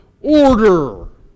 order